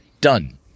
done